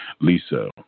Lisa